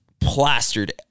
plastered